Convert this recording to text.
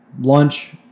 lunch